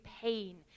pain